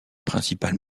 principales